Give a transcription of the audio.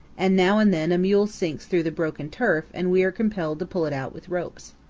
and now and then a mule sinks through the broken turf and we are compelled to pull it out with ropes.